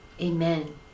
Amen